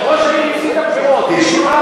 ראש העיר הפסיד את הבחירות,